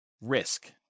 risk